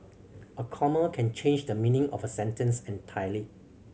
a comma can change the meaning of a sentence entirely